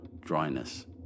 dryness